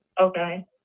Okay